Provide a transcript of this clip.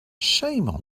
shame